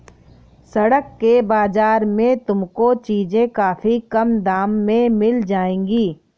सड़क के बाजार में तुमको चीजें काफी कम दाम में मिल जाएंगी